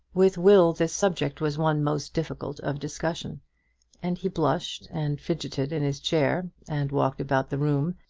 with will this subject was one most difficult of discussion and he blushed and fidgeted in his chair, and walked about the room,